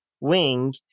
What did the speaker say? wing